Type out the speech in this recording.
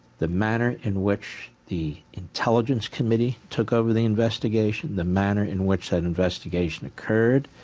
the manner in which the intelligence committee took over the investigation, the manner in which the investigation occurred,